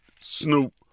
Snoop